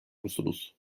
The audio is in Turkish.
musunuz